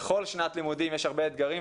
בכל שנת לימודים יש הרבה אתגרים,